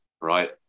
right